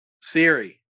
Siri